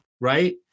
right